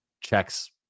checks